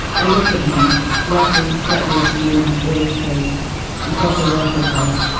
i looked at him glasses slightly askew on his boyish face and felt a rush of love.